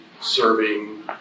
serving